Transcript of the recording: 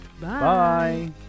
Bye